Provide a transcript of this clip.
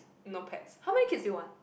no pets how many kids do you want